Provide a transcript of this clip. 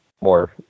more